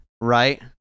right